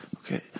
Okay